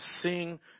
sing